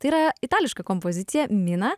tai yra itališka kompozicija mina